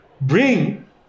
bring